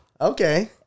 okay